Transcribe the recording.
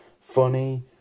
funny